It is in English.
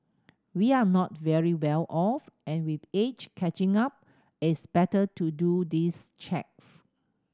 we're not very well off and with age catching up it's better to do these checks